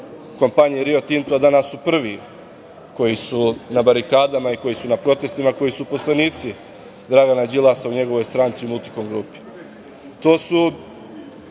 kompaniji „Rio Tinto“. Danas su prvi koji su na barikadama i koji su na protestima, koji su uposlenici Dragana Đilasa u njegovoj stranci, u Multikom grupi.